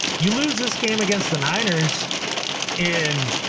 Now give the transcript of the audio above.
you lose this game against the niners in.